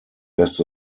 lässt